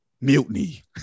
mutiny